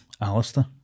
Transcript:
Alistair